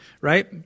right